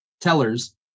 tellers